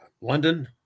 London